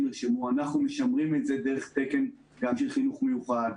נרשמו אנחנו משמרים את זה דרך תקן של חינוך מיוחד,